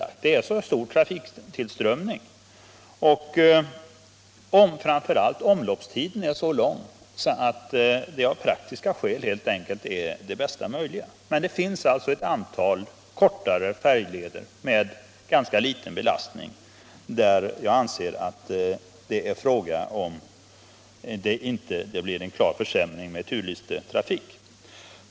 För färjleder med stor trafiktillströmning och framför allt med lång omloppstid är detta av praktiska skäl det bästa möjliga. Men det finns ett antal kortare färjleder med ganska liten belastning, och i de fallen anser jag att det blir en klar försämring med turlistetrafik.